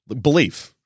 belief